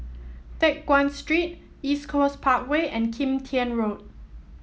Teck Guan Street East Coast Parkway and Kim Tian Road